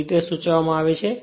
એ રીતે સૂચવવામાં આવે છે